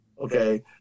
okay